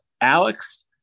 Alex